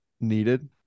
needed